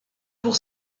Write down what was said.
pour